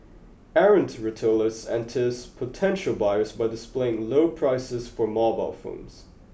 errant retailers entice potential buyers by displaying low prices for mobile phones